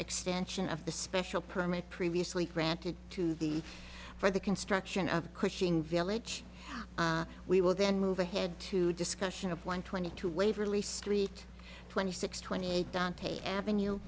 extension of the special permit previously granted to the for the construction of a christian village we will then move ahead to discussion of one twenty two waverly street twenty six twenty eight dante avenue